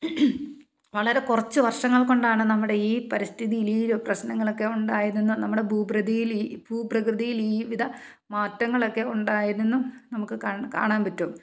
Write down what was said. വളരെ കുറച്ച് വർഷങ്ങൾ കൊണ്ടാണ് നമ്മുടെ ഈ പരിസ്ഥിതിയിൽ ഈ പ്രശ്നങ്ങളൊക്കെ ഉണ്ടായതെന്നും നമ്മുടെ ഭൂപ്രകൃതിയിൽ ഈ ഭൂപ്രകൃതിയിൽ ഈവിധ മാറ്റങ്ങളൊക്കെ ഉണ്ടായതെന്നും നമുക്ക് കാണാൻ പറ്റും